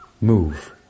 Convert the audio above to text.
move